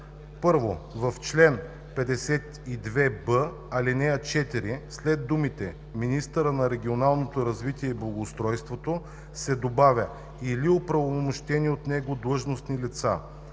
1. В чл. 52б, ал. 4 след думите „министъра на регионалното развитие и благоустройството“ се добавя „или от оправомощени от него длъжностни лица“.